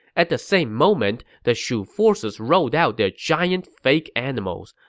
at the same moment, the shu forces rolled out their giant fake animals.